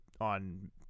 on